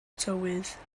tywydd